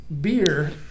beer